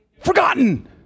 Forgotten